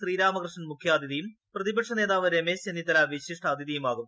ശ്രീരാമകൃഷ്ണൻ മുഖ്യാതിഥിയും പ്രതിപക്ഷ നേതാവ് രമേശ്ചെന്നിത്തല വിശിഷ്ടാതിഥിയുമാകും